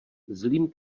zlým